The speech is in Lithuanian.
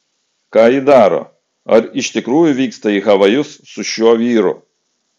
ką ji daro ar iš tikrųjų vyksta į havajus su šiuo vyru